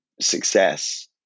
success